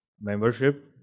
membership